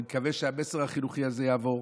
אני מקווה שהמסר החינוכי הזה יעבור.